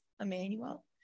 Emmanuel